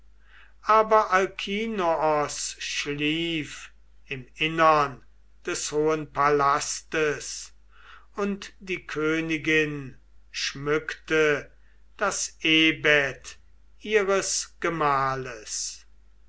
aber er selber schlief im innern des hohen palastes und die königin schmückte das ehbett ihres gemahles